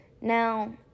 Now